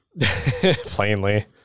Plainly